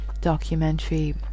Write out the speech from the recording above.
documentary